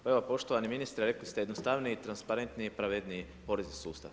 Pa evo, poštovani ministre, rekli ste jednostavniji transparentniji i pravedniji porezni sustav.